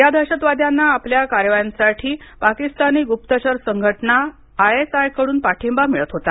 या दहशतवाद्यांना आपल्या कारवायांसाठी पाकिस्तानी गुप्तचर संघटना आयएसआयकडून पाठिंबा मिळत होता